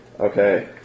Okay